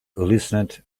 listened